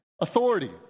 authority